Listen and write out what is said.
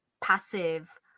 passive